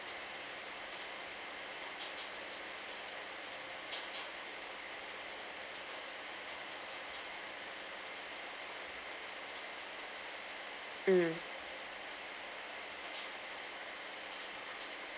mm